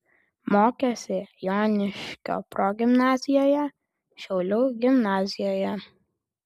mokėsi joniškio progimnazijoje šiaulių gimnazijoje